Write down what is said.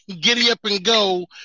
giddy-up-and-go